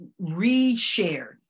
reshared